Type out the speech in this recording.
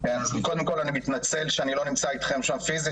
קודם כל אני מתנצל שאני לא נמצא איתכם שם פיזית,